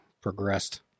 progressed